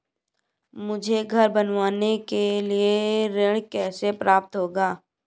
मुझे घर बनवाने के लिए ऋण कैसे प्राप्त होगा?